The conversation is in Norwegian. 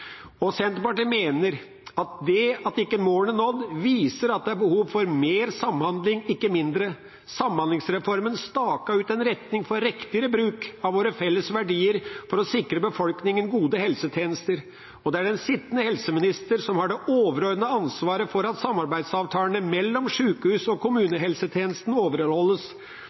og Senterpartiet mener at det at ikke målene er nådd, viser at det er behov for mer samhandling, ikke mindre. Samhandlingsreformen staket ut en retning for riktigere bruk av våre felles verdier for å sikre befolkningen gode helsetjenester, og det er den sittende helseminister som har det overordnede ansvaret for at samarbeidsavtalene mellom sjukehus og kommunehelsetjenesten overholdes